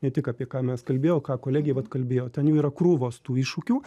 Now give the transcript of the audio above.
ne tik apie ką mes kalbėjau ką kolegė vat kalbėjo ten jų yra krūvos tų iššūkių